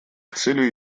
целью